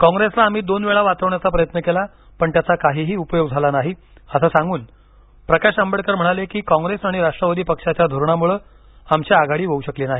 काँग्रेसला आम्ही दोन वेळा वाचविण्याचा प्रयत्न केला पण त्याचा काहीही उपयोग झाला नाही अस सांगून प्रकाश आंबेडकर म्हणाले की काँग्रेस आणि राष्ट्रवादी पक्षाच्या धोरणामुळे आमची आघाडी होऊ शकली नाही